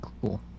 cool